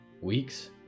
Weeks